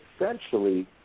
essentially